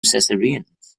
cesareans